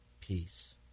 peace